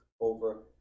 over